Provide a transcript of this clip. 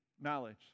knowledge